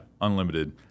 unlimited